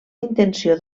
intenció